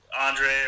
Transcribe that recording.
Andre